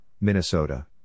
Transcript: Minnesota